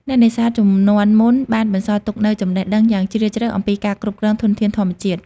អ្នកនេសាទជំនាន់មុនបានបន្សល់ទុកនូវចំណេះដឹងយ៉ាងជ្រាលជ្រៅអំពីការគ្រប់គ្រងធនធានធម្មជាតិ។